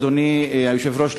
אדוני היושב-ראש,